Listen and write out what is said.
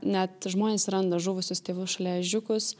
net žmonės randa žuvusius tėvus šalia ežiukus